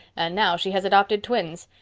and now she has adopted twins.